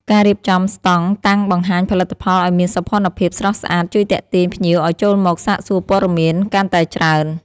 ការរៀបចំស្តង់តាំងបង្ហាញផលិតផលឱ្យមានសោភ័ណភាពស្រស់ស្អាតជួយទាក់ទាញភ្ញៀវឱ្យចូលមកសាកសួរព័ត៌មានកាន់តែច្រើន។